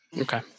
Okay